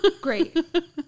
great